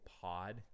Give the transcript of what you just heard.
pod